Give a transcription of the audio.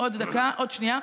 עוד דקה, עוד שנייה.